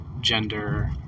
gender